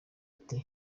ati